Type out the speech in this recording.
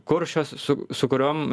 kur šios su su kuriom